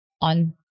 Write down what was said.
on